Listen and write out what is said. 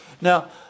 Now